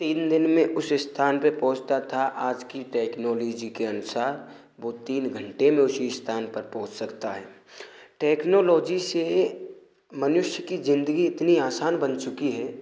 तीन दिन में उस स्थान पर पहुँचता था आज की टेक्नोलोजी के अनुसार वह तीन घंटे में उसी स्थान पर पहुँच सकता है टेक्नोलोजी से मनुष्य की ज़िन्दगी इतनी आसान बन चुकी है